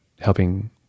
helping